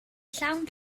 llawn